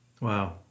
wow